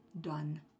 done